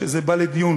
שזה בא לדיון